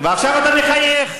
ועכשיו אתה מחייך.